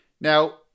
Now